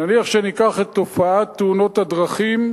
נניח שניקח את תופעת תאונות הדרכים,